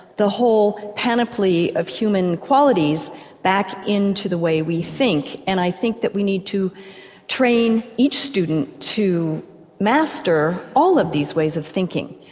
the whole panoply of human qualities back in to the way we think and i think what we need to train each student to master all of these ways of thinking.